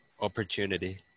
Opportunity